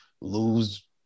lose